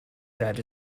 said